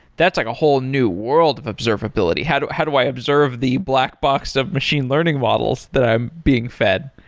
that's like a whole new world of observability. how do how do i observe the black box of machine learning models that i'm being fed?